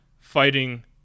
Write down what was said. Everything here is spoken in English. fighting